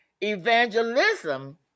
Evangelism